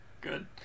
Good